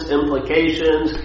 implications